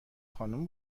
خانم